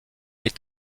est